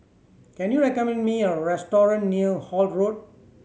can you recommend me a restaurant near Holt Road